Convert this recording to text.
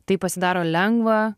tai pasidaro lengva